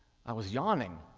i was yawning,